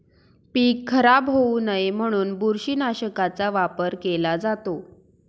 पीक खराब होऊ नये म्हणून बुरशीनाशकाचा वापर केला जातो